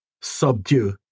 subdue